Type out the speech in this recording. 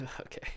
okay